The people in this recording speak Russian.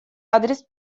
адрес